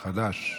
חד"ש.